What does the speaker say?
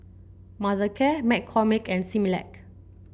Mothercare McCormick and Similac